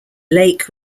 lake